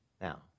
now